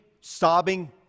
sobbing